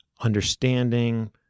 understanding